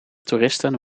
toeristen